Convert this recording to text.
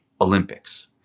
Olympics